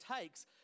takes